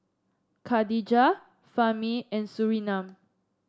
Khadija Fahmi and Surinam